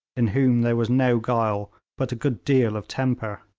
in whom there was no guile, but a good deal of temper.